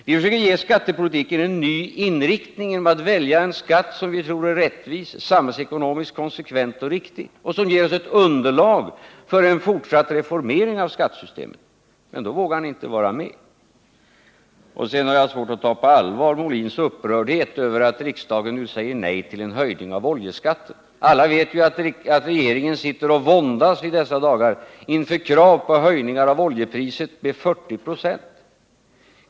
Vi försöker ge skattepolitiken en ny inriktning genom att välja en skatt som vi tror är rättvis, samhällsekonomiskt konsekvent och riktig och som ger oss ett underlag för fortsatt reformering av skattesystemet. Men då vågar ni inte vara med. Sedan har jag svårt att ta på allvar Björn Molins upprördhet över att riksdagen nu säger nej till en höjning av oljeskatten. Alla vet ju att regeringen i dessa dagar våndas inför krav på höjningar av oljepriset med 40 96.